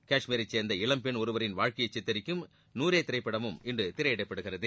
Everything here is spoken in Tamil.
கஷ்மீரைச் சேர்ந்த இளம் பெண் ஒருவரின் வாழ்க்கையை சித்தரிக்கும் நூரே திரைப்படமும் இன்று திரையிடப்படுகிறது